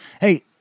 Hey